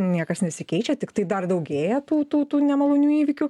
niekas nesikeičia tiktai dar daugėja tų tų tų nemalonių įvykių